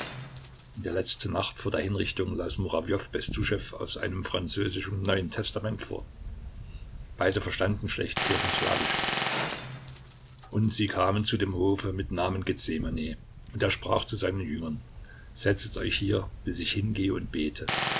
der letzten nacht vor der hinrichtung las murawjow bestuschew aus einem französischen neuen testament vor beide verstanden schlecht kirchenslawisch und sie kamen zu dem hofe mit namen gethsemane und er sprach zu seinen jüngern setzet euch hier bis ich hingehe und bete